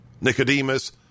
Nicodemus